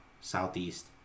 Southeast